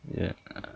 ya